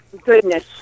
goodness